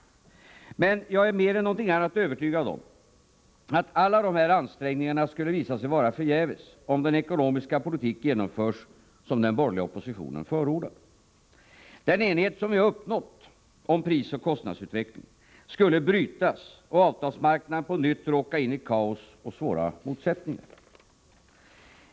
Jag är mer än någonting annat övertygad om att alla de här ansträngningarna skulle visa sig vara förgäves, om den ekonomiska politik genomförs som den borgerliga oppositionen förordar. Den enighet som vi har uppnått om prisoch kostnadsutvecklingen skulle brytas och avtalsmarknaden på nytt råka in i kaos och svåra motsättningar.